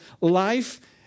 life